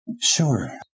Sure